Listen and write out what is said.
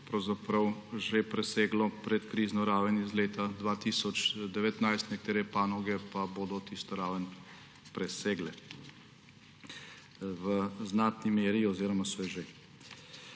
pravzaprav že preseglo predkrizno raven iz leta 2019, nekatere panoge pa bodo tisto raven presegle v znatni meri oziroma so